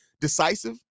Decisive